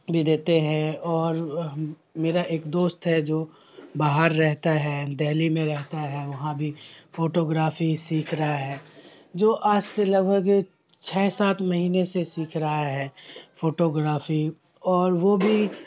بھی دیتے ہیں اور میرا ایک دوست ہے جو باہر رہتا ہے دہلی میں رہتا ہے وہاں بھی فوٹوگرافی سیکھ رہا ہے جو آج سے لگ بھگ چھ سات مہینے سے سیکھ رہا ہے فوٹوگرافی اور وہ بھی